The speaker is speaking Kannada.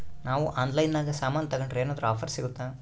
ನಾವು ಆನ್ಲೈನಿನಾಗ ಸಾಮಾನು ತಗಂಡ್ರ ಏನಾದ್ರೂ ಆಫರ್ ಸಿಗುತ್ತಾ?